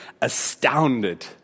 astounded